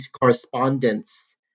correspondence